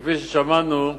כפי ששמענו,